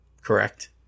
Correct